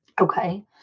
Okay